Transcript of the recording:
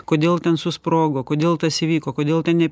kodėl ten susprogo kodėl tas įvyko kodėl ten ne